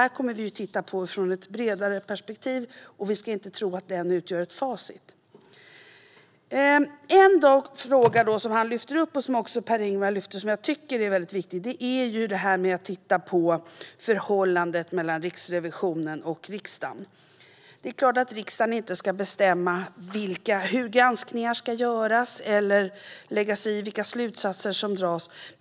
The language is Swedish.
Vi kommer att titta på det här ur ett bredare perspektiv. Vi ska inte tro att den utredningen utgör ett facit. En viktig fråga som Axberger lyfter upp och som Per-Ingvar Johnsson också lyfte fram är förhållandet mellan Riksrevisionen och riksdagen. Det är klart att riksdagen inte ska bestämma hur granskningar ska göras eller lägga sig i vilka slutsatser som dras.